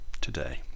today